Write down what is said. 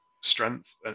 strength